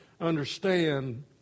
understand